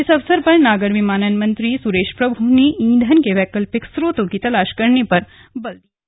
इस अवसर पर नागर विमानन मंत्री सुरेश प्रभू ने ईंधन के वैकल्पिक स्रोतों की तलाश करने पर बल दिया है